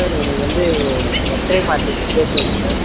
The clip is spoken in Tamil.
சார் எனக்கு வந்து பர்த்டே பார்ட்டிக்கு கேக் வேணும் சார்